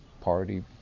party